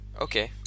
Okay